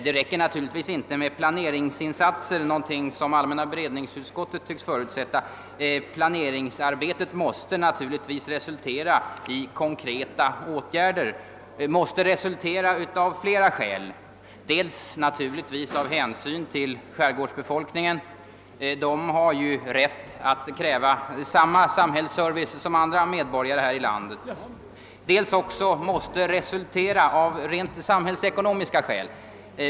Det räcker inte med planeringsinsatser, någonting som allmänna beredningsutskottet tycks förutsätta; planeringsarbetet måste naturligtvis resultera i konkreta åtgärder, och det av flera skäl: dels med hänsyn till skärgårdsbefolkningen, som har rätt att kräva samma samhällsservice som andra medborgare här i landet, dels av rent samhällsekonomiska skäl.